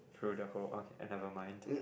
through the hole okay I never mind